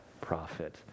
prophet